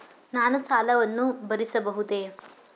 ನಾನು ಸಾಲವನ್ನು ಭರಿಸಬಹುದೇ?